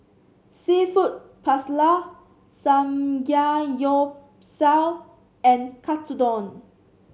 seafood Paella Samgeyopsal and Katsudon